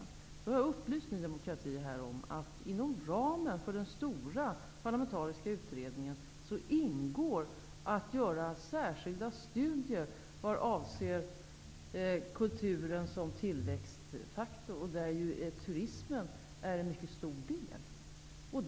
Då har jag upplyst Ny demokrati om att det i utredningsuppdraget inom ramen för den stora parlamentariska utredningen ingår att göra särskilda studier vad avser kulturen som tillväxtfaktor, där ju turismen är en mycket stor del.